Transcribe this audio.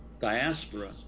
diaspora